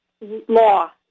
law